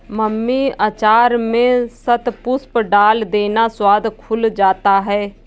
mummy अचार में शतपुष्प डाल देना, स्वाद खुल जाता है